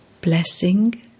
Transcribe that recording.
Blessing